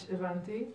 הבנתי.